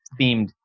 themed